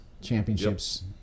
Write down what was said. championships